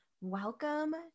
welcome